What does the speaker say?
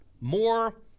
more